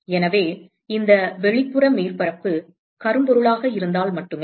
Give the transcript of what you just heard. எனவே இந்த வெளிப்புற மேற்பரப்பு கரும்பொருளாக இருந்தால் மட்டுமே